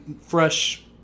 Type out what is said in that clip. fresh